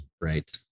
right